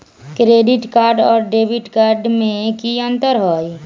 Credit card और debit card में की अंतर हई?